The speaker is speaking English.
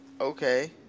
okay